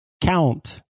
count